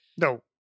No